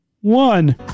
one